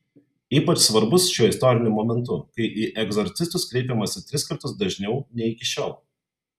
ypač svarbus šiuo istoriniu momentu kai į egzorcistus kreipiamasi tris kartus dažniau nei iki šiol